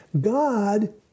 God